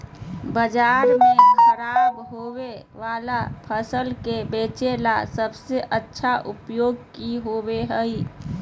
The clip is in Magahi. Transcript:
बाजार में खराब होबे वाला फसल के बेचे ला सबसे अच्छा उपाय की होबो हइ?